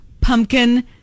pumpkin